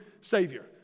Savior